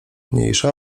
mniejsza